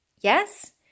yes